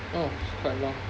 oh it's quite long